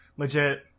Legit